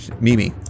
Mimi